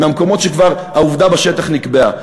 מהמקומות שבהם כבר העובדה בשטח נקבעה.